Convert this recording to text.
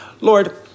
Lord